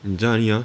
你在哪里 ah